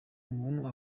umuntu